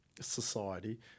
society